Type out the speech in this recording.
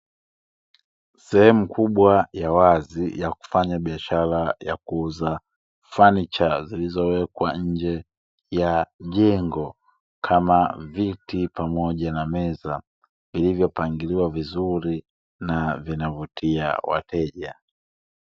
Sehemu kubwa ya wazi ya kufanya biashara ya kuuza fanicha, zilizowekwa nje ya jengo kama, viti pamoja na meza vilivyopangiliwa vizuri na vinavutia wateja.